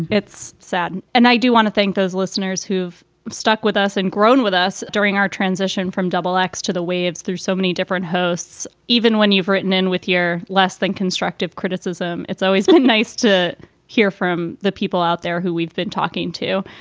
it's sad. and i do want to thank those listeners who've stuck with us and grown with us during our transition from double x to the waves through so many different hosts, even when you've written and with your less than constructive criticism. it's always been nice to hear from the people out there who we've been talking to.